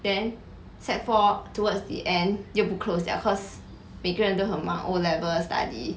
then sec four towards the end 就不 close liao cause 每个人都很忙 O levels study